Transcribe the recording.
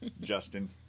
Justin